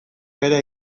bera